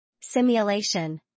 Simulation